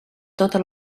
tota